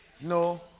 No